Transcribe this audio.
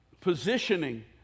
positioning